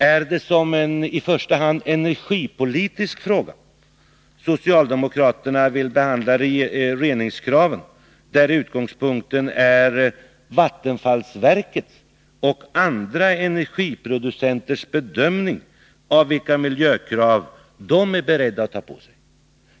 Är det i första hand som en energipolitisk fråga socialdemokraterna vill behandla reningskraven, där utgångspunkten är vattenfallsverkets och andra energiproducenters bedömning av vilka miljökrav de är beredda att acceptera?